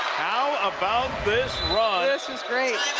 how about this run? this is great